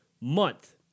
month